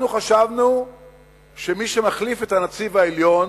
אנחנו חשבנו שמי שמחליף את הנציב העליון,